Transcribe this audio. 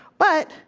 but,